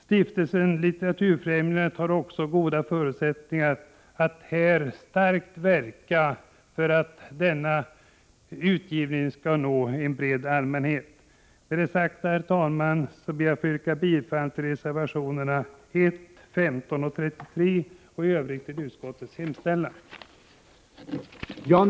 Stiftelsen Litteraturfrämjandet har också goda förutsättningar att här starkt verka för att denna utgivning skall nå en bred allmänhet. Med det sagda, herr talman, ber jag att få yrka bifall till reservationerna 1, 15 och 33 och i övrigt till utskottets hemställan.